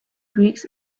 greeks